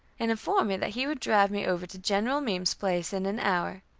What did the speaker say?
and informed me that he would drive me over to general meem's place in an hour.